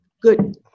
good